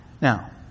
Now